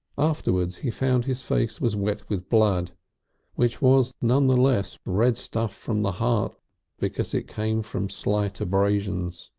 afterwards he found his face was wet with blood which was none the less red stuff from the heart because it came from slight abrasions.